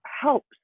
helps